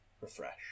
Refresh